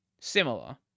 Similar